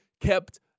kept